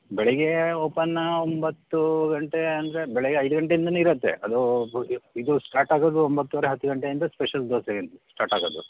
ಬೆಳಗ್ಗೆ ಓಪನ ಒಂಬತ್ತು ಗಂಟೆ ಅಂದರೆ ಬೆಳಗ್ಗೆ ಐದು ಗಂಟೆಯಿಂದಲೇ ಇರತ್ತೆ ಅದು ಇದು ಸ್ಟಾರ್ಟ್ ಆಗೋದು ಒಂಬತ್ತುವರೆ ಹತ್ತು ಗಂಟೆಯಿಂದ ಸ್ಪೆಷಲ್ ದೋಸೆ ಸ್ಟಾರ್ಟ್ ಆಗೋದು